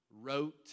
Wrote